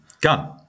Gun